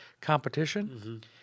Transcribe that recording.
competition